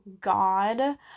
God